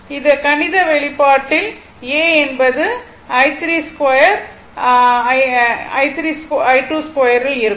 இந்த கணித வெளிப்பாட்டில் a என்பது i 3 2i 3 i 3 2 இல் இருக்கும்